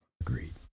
Agreed